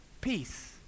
peace